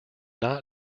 not